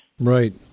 right